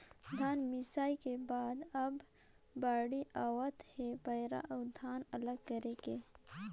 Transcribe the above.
धन मिंसई के बाद अब बाड़ी आवत हे पैरा अउ धान अलग करे के